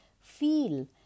feel